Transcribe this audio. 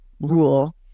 rule